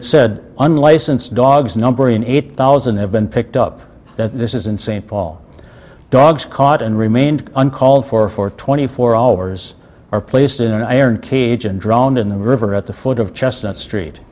it said unlicensed dogs numbering eight thousand have been picked up that this is in st paul the dogs caught and remained uncalled for for twenty four hours or placed in an iron cage and drowned in the river at the foot of chestnut street